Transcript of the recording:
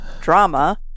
drama